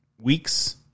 weeks